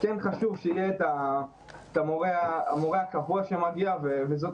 חשוב שיהיה את המורה הקבוע שמגיע וזאת